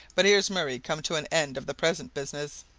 but here's murray come to an end of the present business.